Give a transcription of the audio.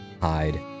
hide